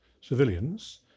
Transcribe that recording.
civilians